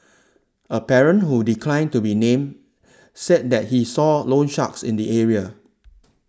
a parent who declined to be named said that he saw loansharks in the area